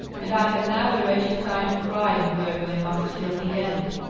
and i had now a wretched kind of pride in wearing my mask till the end.